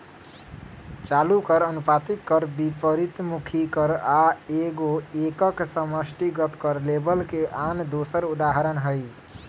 चालू कर, अनुपातिक कर, विपरितमुखी कर आ एगो एकक समष्टिगत कर लेबल के आन दोसर उदाहरण हइ